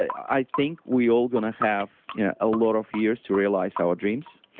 i think we all going to have you know a lot of years to realize our dreams.